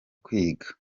kwiga